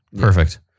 Perfect